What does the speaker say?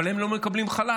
אבל הם לא מקבלים חל"ת,